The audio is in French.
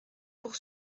pour